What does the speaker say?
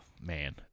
Man